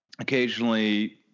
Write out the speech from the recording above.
occasionally